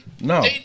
no